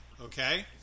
Okay